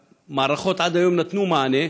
והמערכות עד היום נתנו מענה.